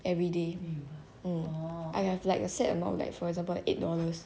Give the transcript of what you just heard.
everyday um I have like a set amount for example like eight dollars